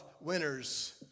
winners